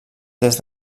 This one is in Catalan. des